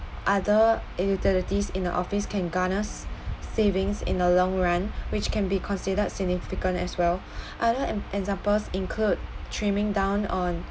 other utilities in the office can garners savings in the long run which can be considered significant as well other em~ examples include trimming down on